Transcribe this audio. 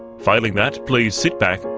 failing that, please sit back,